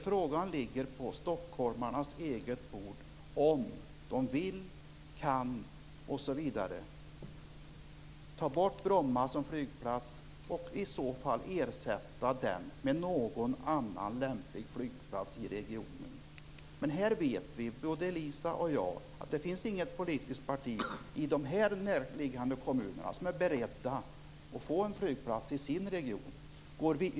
Frågan ligger alltså på stockholmarnas eget bord om de vill, kan osv. ta bort Bromma som flygplats och i så fall ersätta den med någon annan lämplig flygplats i regionen. Men både Elisa Abascal Reyes och jag vet att det inte finns något politiskt parti i de närliggande kommunerna som är villigt att ha en flygplats i sin region.